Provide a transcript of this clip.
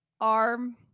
arm